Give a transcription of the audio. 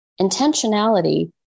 Intentionality